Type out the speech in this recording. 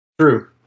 True